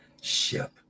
ship